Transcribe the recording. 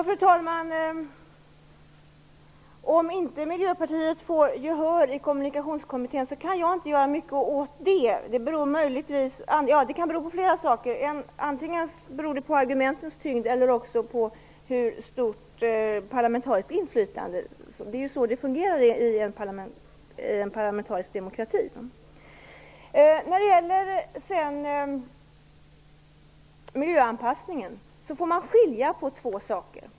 Fru talman! Jag kan inte göra så mycket åt att Miljöpartiet inte får gehör i Kommunikationskommittén. Det kan bero på flera saker. Antingen beror det på argumentens tyngd eller på hur stort parlamentariskt inflytande Miljöpartiet har. Det är ju så det fungerar i en parlamentarisk demokrati. När det gäller miljöanpassningen får man skilja på två saker.